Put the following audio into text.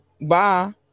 Bye